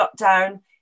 lockdown